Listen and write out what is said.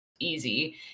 Easy